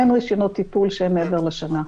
אין רישיונות טיפול שהם מעבר לשנה.